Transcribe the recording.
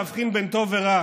להבחין בין טוב ורע,